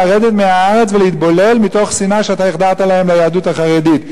לרדת מהארץ ולהתבולל מתוך השנאה שאתה החדרת להם ליהדות החרדית.